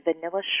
vanilla